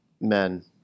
Men